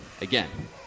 again